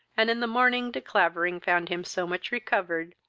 and in the morning de clavering found him so much recovered,